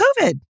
COVID